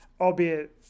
albeit